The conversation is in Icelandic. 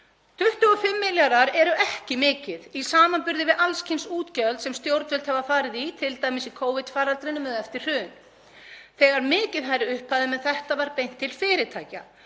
25 milljarðar eru ekki mikið í samanburði við alls kyns útgjöld sem stjórnvöld hafa farið í, t.d. í Covid-faraldrinum eða eftir hrun, þegar mikið hærri upphæðum en þetta var beint til fyrirtækja.